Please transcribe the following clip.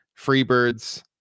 Freebirds